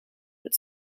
but